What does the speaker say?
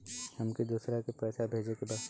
हमके दोसरा के पैसा भेजे के बा?